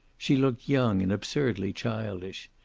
she looked young and absurdly childish.